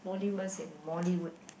famous in Mollywood